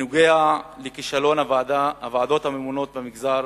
בעניין הכישלון של הוועדות הממונות במגזר